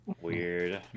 Weird